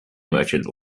merchant